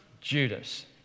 Judas